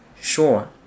Sure